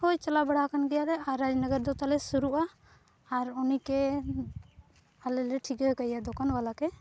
ᱦᱳᱭ ᱪᱟᱞᱟᱣᱵᱟᱲᱟ ᱟᱠᱟᱱ ᱜᱮᱭᱟᱞᱮ ᱟᱨ ᱨᱟᱡᱽᱱᱚᱜᱚᱨ ᱫᱚ ᱛᱟᱞᱮ ᱥᱩᱨᱩᱜᱼᱟ ᱟᱨ ᱩᱱᱤᱜᱮ ᱟᱞᱮᱞᱮ ᱴᱷᱤᱠᱟᱹᱠᱟᱭᱟ ᱫᱚᱠᱟᱱᱵᱟᱞᱟᱜᱮ